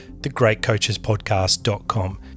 thegreatcoachespodcast.com